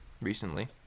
recently